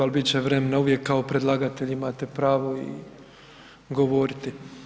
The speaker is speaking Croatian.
Ali bit će vremena uvijek, kao predlagatelj imate pravo i govoriti.